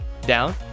down